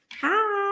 Hi